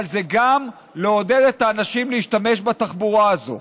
אבל זה גם לעודד את האנשים להשתמש בתחבורה הזאת.